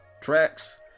tracks